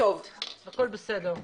הכול בסדר.